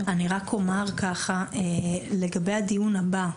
אני רק אומר לגבי הדיון הבא,